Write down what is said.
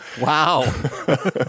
Wow